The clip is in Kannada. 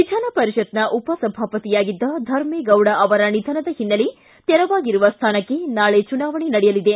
ವಿಧಾನಪರಿಷತ್ತಿನ ಉಪಸಭಾಪತಿಯಾಗಿದ್ದ ಧರ್ಮೇಗೌಡ ಅವರ ನಿಧನದ ಹಿನ್ನೆಲೆ ತೆರವಾಗಿರುವ ಸ್ವಾನಕ್ಕೆ ನಾಳೆ ಚುನಾವಣೆ ನಡೆಯಲಿದೆ